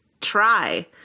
try